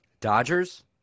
Dodgers